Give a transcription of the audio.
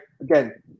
again